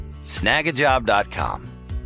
Snagajob.com